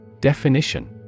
Definition